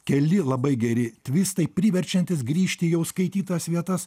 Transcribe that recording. keli labai geri tvistai priverčiantys grįžti jau skaitytas vietas